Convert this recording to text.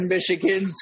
Michigan